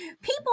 people